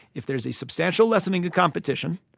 if there's a substantial lessening of competition,